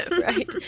Right